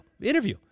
interview